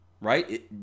right